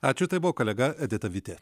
ačiū tai buvo kolega edita vitė